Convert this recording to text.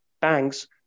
banks